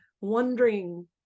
wondering